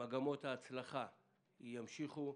ההצלחה ימשיכו,